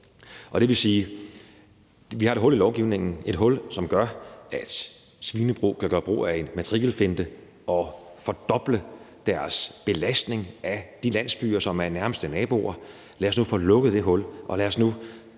Det vil sige, at vi har et hul i lovgivningen. Det er et hul, som gør, at svinebrug kan gøre brug af en matrikelfinte og fordoble deres belastning af de landsbyer, som er nærmeste naboer. Lad os nu få lukket det hul, og derfor er